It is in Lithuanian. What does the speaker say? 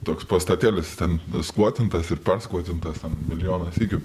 toks pastatėlis ten skvotintas ir perskvotintas milijoną sykių